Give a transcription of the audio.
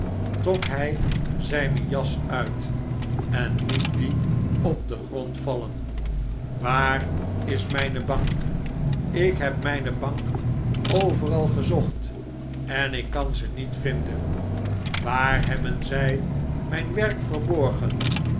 trok hy zijne jas uit en liet die op den grond vallen waar is myne bank ik heb mpe bank overal gezocht en ik kan ze niet vinden waar hebben zij myn werk verborgen